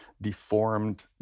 deformed